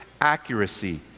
accuracy